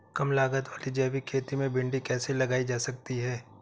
कम लागत वाली जैविक खेती में भिंडी कैसे लगाई जा सकती है?